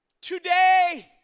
today